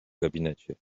gabinecie